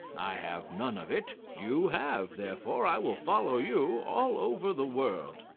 i have none of it you have, therefore i will follow you all over the world.